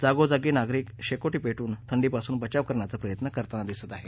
जागोजागी नागरिक शेकोटी पेटवून थंडीपासून बचाव करण्याचा प्रयत्न करताना दिसत आहेत